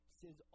says